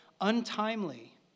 untimely